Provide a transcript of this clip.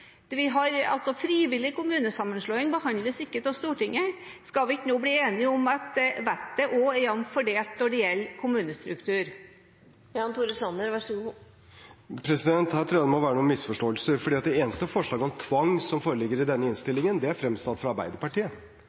vi ikke nå bli enige om at vettet også er jevnt fordelt når det gjelder kommunestruktur? Her tror jeg det må være noen misforståelser, for det eneste forslaget om tvang som foreligger i denne innstillingen, det er fremsatt av Arbeiderpartiet.